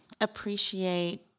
appreciate